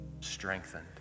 strengthened